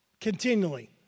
Continually